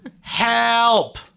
Help